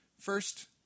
First